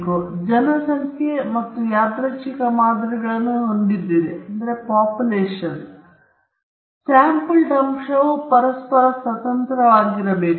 ಈಗ ನೀವು ಜನಸಂಖ್ಯೆ ಮತ್ತು ಯಾದೃಚ್ಛಿಕ ಮಾದರಿಗಳನ್ನು ಹೊಂದಿದ್ದೀರಿ ಸ್ಯಾಂಪಲ್ಡ್ ಅಂಶವು ಪರಸ್ಪರರ ಸ್ವತಂತ್ರವಾಗಿರಬೇಕು